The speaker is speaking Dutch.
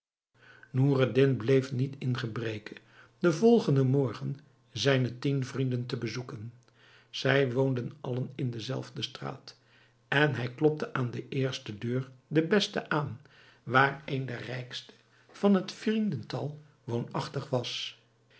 noureddin bleef niet in gebreke den volgenden morgen zijne tien vrienden te bezoeken zij woonden allen in de zelfde straat en hij klopte aan de eerste deur de beste aan waar een der rijkste van het vriendental woonachtig was